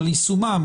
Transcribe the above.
על יישומם,